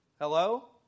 Hello